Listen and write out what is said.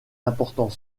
important